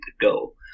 go